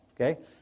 okay